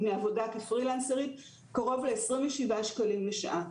מעבודה כפרילנסרית הוא קרוב ל-27 שקלים לשעה.